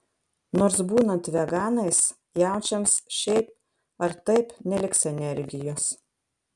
nors būnant veganais jaučiams šiaip ar taip neliks energijos